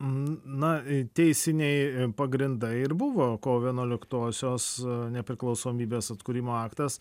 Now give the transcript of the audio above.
n na teisiniai pagrindai ir buvo kovo vienuoliktosios nepriklausomybės atkūrimo aktas